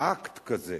שאקט כזה,